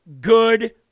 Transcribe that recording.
good